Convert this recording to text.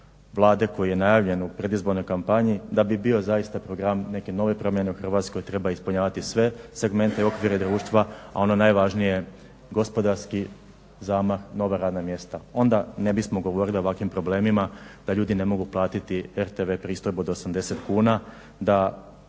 Vlade koji je najavljen u predizbornoj kampanji da bi bio zaista program neke nove promjene u Hrvatskoj. Treba ispunjavati sve segmente i okvire društva, a ono najvažnije gospodarski zamah, nova radna mjesta onda ne bismo govorili o ovakvim problemima da ljudi ne mogu platiti RTV pristojbu od 80 kuna, da